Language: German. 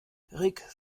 rick